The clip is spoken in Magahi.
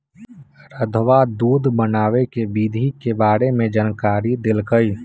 रधवा दूध बनावे के विधि के बारे में जानकारी देलकई